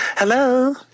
Hello